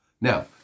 Now